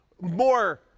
more